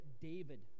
David